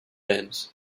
ends